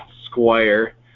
Squire